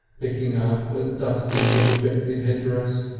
picking up and dusting the rejected headdress.